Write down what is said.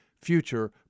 future